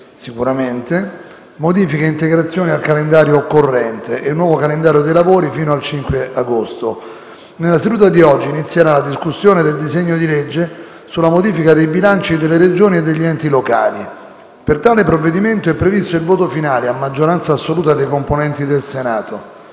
sicuramente - modifiche e integrazioni al calendario corrente e il nuovo calendario dei lavori fino al 5 agosto. Nella seduta di oggi inizierà la discussione del disegno di legge sulla modifica dei bilanci delle Regioni e degli enti locali. Per tale provvedimento è previsto il voto finale a maggioranza assoluta dei componenti del Senato.